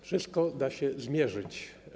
Wszystko da się zmierzyć.